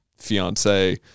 fiance